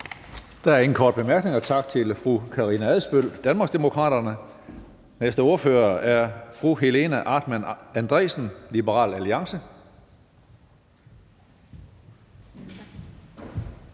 Der er ingen korte bemærkninger, så tak til fru Karina Adsbøl, Danmarksdemokraterne. Den næste ordfører er fru Helena Artmann Andresen, Liberal Alliance.